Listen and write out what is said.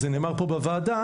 וזה נאמר פה בוועדה,